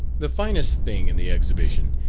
the finest thing in the exhibition,